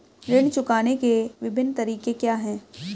ऋण चुकाने के विभिन्न तरीके क्या हैं?